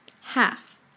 half